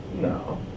No